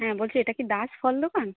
হ্যাঁ বলছি এটা কি দাস ফল দোকান